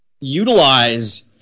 utilize